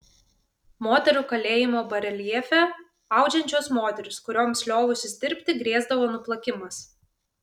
moterų kalėjimo bareljefe audžiančios moterys kurioms liovusis dirbti grėsdavo nuplakimas